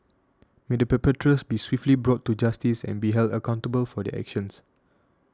may the perpetrators be swiftly brought to justice and be held accountable for their actions